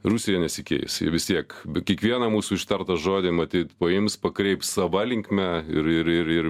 rusija nesikeis ji vis tiek kiekvieną mūsų ištartą žodį matyt paims pakreips sava linkme ir ir ir ir